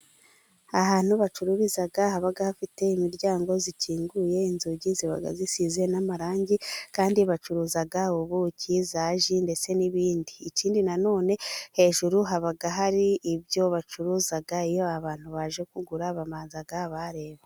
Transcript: Ahantu bacururiza haba hafite imiryango ikinguye inzugi zibaga zisize amarangi kandi bacuruza ubuki zaji ndetse n'ibindi. ikindi nano hejuru habaga hari ibyo bacuruza. iyo abantu baje kugura bamanza bareba.